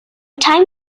time